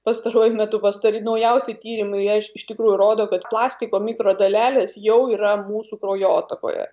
pastaruoju metu pastari naujausi tyrimai jie iš tikrųjų rodo kad plastiko mikrodalelės jau yra mūsų kraujotakoje